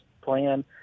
plan